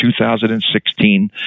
2016